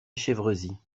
chevresis